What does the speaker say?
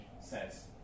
says